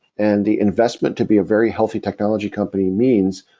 and the investment to be a very healthy technology company means,